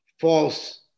false